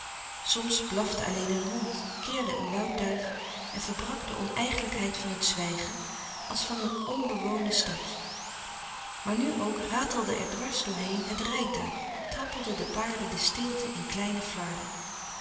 soms blafte alleen een hond kirde een woudduif en verbrak de oneigenlijkheid van het zwijgen als van een onbewoonde stad maar nu ook ratelde er dwars door heen het rijtuig trappelden de paarden de stilte in kleine flarden